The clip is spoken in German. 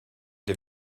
der